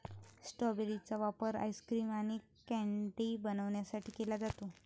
strawberry चा वापर ice cream आणि कँडी बनवण्यासाठी केला जातो